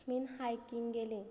मीन hiking गेली